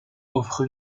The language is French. offre